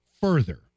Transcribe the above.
further